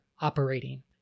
operating